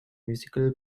musical